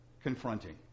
confronting